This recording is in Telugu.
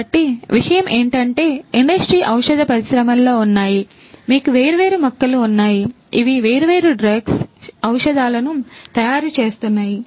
కాబట్టి విషయం ఏమిటంటే industry ఔషధ పరిశ్రమలో ఉన్నాయి మీకు వేర్వేరు మొక్కలు ఉన్నాయి ఇవి వేర్వేరు drugs షధాలను తయారు చేస్తున్నాయి